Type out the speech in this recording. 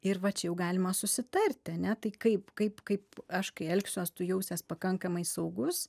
ir va čia jau galima susitarti ane tai kaip kaip kaip aš kai elgsiuos tu jausies pakankamai saugus